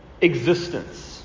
existence